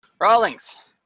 Rawlings